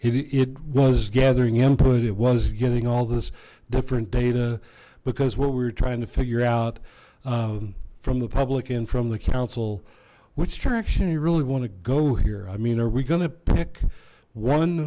it was gathering input it was getting all this different data because what we were trying to figure out from the public and from the council what's traction you really want to go here i mean are we gonna pick one